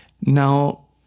Now